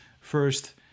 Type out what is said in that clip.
First